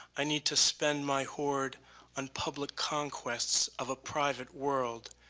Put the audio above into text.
i need to spend my horde on public conquests of a private world,